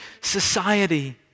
society